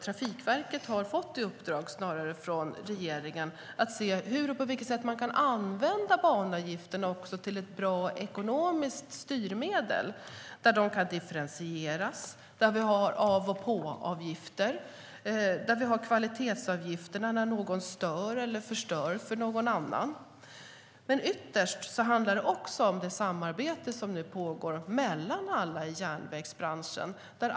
Trafikverket har fått i uppdrag från regeringen att se hur och på vilket sätt man kan använda banavgifterna som ett bra ekonomiskt styrmedel. Banavgifterna kan differentieras, till exempel genom av och påavgifter och genom kvalitetsavgifter när någon stör eller förstör för någon annan. Ytterst handlar det om det samarbete som pågår mellan aktörer i järnvägsbranschen.